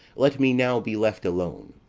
let me now be left alone,